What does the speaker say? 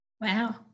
Wow